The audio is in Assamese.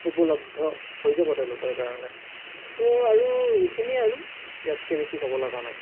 উপলব্ধ হৈ যাব তেওঁলোকৰ কাৰণে তো আৰু এইখিনিয়ে আৰু ইয়াতকৈ বেছি ক'বলগা নাই